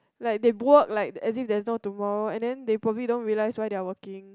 like they work like as if there's no tomorrow and then they probably don't realize why they are working